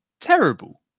terrible